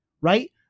right